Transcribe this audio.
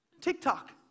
TikTok